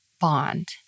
bond